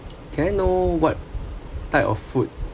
can I know what type of food